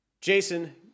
Jason